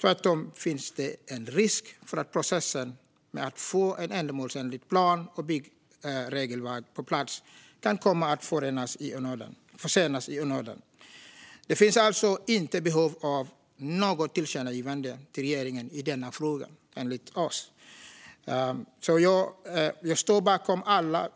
Tvärtom finns det en risk för att processen med att få ett ändamålsenligt plan och byggregelverk på plats kan komma att försenas i onödan. Det finns alltså inte behov av något tillkännagivande till regeringen i denna fråga, enligt oss. Jag står bakom alla